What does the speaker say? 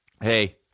hey